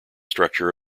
structure